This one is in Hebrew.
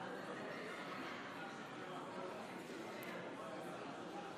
42. אני קובע שהחלטת הממשלה בהתאם לסעיף 31(ב)